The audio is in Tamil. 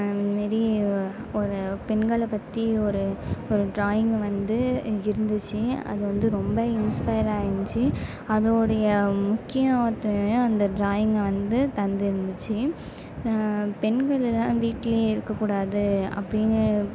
மாரி ஒரு பெண்களை பற்றி ஒரு ஒரு ட்ராயிங் வந்து இருந்துச்சு அது வந்து ரொம்ப இன்ஸ்பைராக இருந்துச்சு அதோடைய முக்கியத்தையும் அந்த ட்ராயிங்கை வந்து தந்துருந்துச்சு பெண்களெல்லாம் வீட்டிலேயே இருக்கக்கூடாது அப்படினு